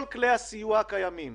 כל כלי הסיוע הקיימים,